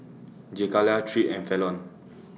Jakayla Tripp and Fallon